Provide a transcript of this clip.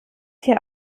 hier